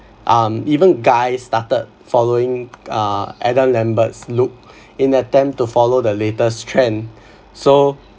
um even guys started following uh adam lambert's look in attempt to follow the latest trend so